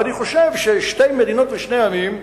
ואני חושב ששתי מדינות לשני עמים,